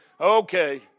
okay